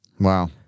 Wow